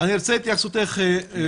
אני רוצה את התייחסותך לפרוטוקול,